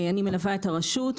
אני מלווה את הרשות,